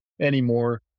anymore